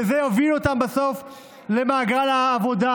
וזה יוביל אותם בסוף למעגל העבודה,